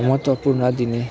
महत्त्वपूर्ण दिने